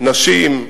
נשים,